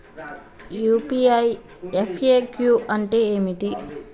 UPI FAQ అంటే ఏమిటి?